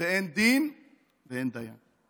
ואין דין ואין דיין.